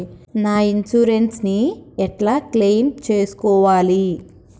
నా ఇన్సూరెన్స్ ని ఎట్ల క్లెయిమ్ చేస్కోవాలి?